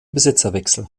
besitzerwechsel